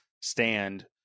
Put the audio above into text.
stand